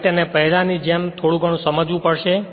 હવે તેના પહેલાં કંઈપણ થોડુગનું સમજવા પડશે